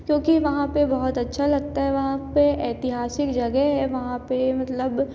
क्योंकि वहाँ पर बहुत अच्छा लगता है वहाँ पर ऐतिहासिक जगह है वहाँ पर मतलब